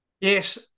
Yes